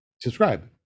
subscribe